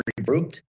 regrouped